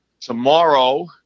tomorrow